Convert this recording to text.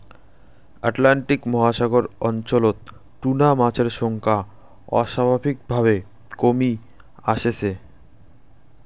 Atlantic মহাসাগর অঞ্চলত tuna মাছের সংখ্যা অস্বাভাবিকভাবে কমি আসছে